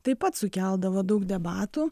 taip pat sukeldavo daug debatų